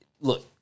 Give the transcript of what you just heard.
Look